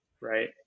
Right